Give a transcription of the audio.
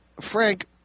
Frank